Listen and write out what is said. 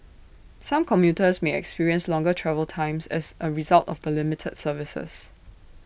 some commuters may experience longer travel times as A result of the limited services